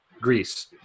Greece